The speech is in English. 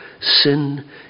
sin